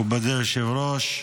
מכובדי היושב-ראש,